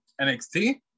NXT